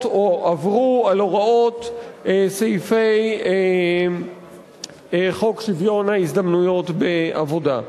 או עברו על הוראות סעיפי חוק שוויון ההזדמנויות בעבודה.